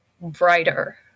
brighter